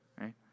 right